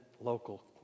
local